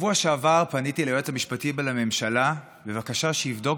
בשבוע שעבר פניתי ליועץ המשפטי לממשלה בבקשה שיבדוק